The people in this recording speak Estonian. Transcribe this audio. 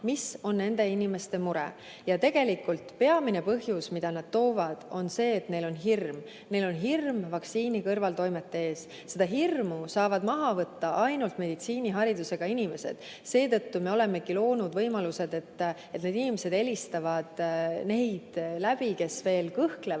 mis on nende inimeste mure. Ja tegelikult peamine põhjus, mida nad toovad, on see, et neil on hirm, neil on hirm vaktsiini kõrvaltoimete ees. Seda hirmu saavad maha võtta ainult meditsiiniharidusega inimesed. Seetõttu me olemegi loonud võimalused, et need inimesed helistavad neid läbi, kes veel kõhklevad,